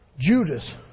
Judas